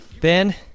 Ben